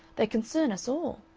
they concern us all.